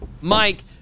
Mike